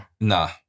Nah